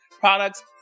products